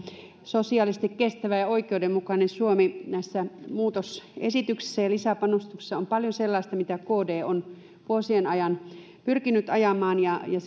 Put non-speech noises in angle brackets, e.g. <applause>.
sosiaalisesti kestävä ja oikeudenmukainen suomi näissä muutosesityksissä ja lisäpanostuksissa on paljon sellaista mitä kd on vuosien ajan pyrkinyt ajamaan ja <unintelligible>